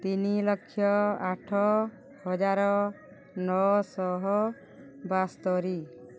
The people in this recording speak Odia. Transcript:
ତିନିଲକ୍ଷ ଆଠ ହଜାର ନଅଶହ ବାସ୍ତରି